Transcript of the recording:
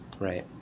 right